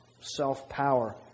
self-power